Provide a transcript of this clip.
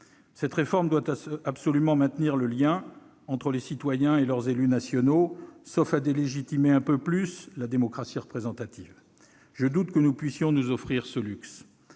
Cette réforme doit absolument maintenir le lien entre les citoyens et leurs élus nationaux, sauf à délégitimer un peu plus la démocratie représentative- je doute que nous puissions nous offrir ce luxe.